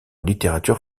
littérature